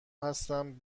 هستم